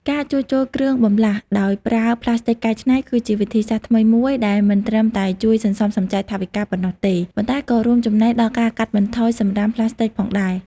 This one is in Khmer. ការជួសជុលគ្រឿងបន្លាស់ដោយប្រើ ផ្លាស្ទិកកែច្នៃ គឺជាវិធីសាស្ត្រថ្មីមួយដែលមិនត្រឹមតែជួយសន្សំសំចៃថវិកាប៉ុណ្ណោះទេ ប៉ុន្តែក៏រួមចំណែកដល់ការកាត់បន្ថយសំរាមផ្លាស្ទិកផងដែរ។